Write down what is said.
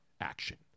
action